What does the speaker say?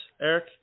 Eric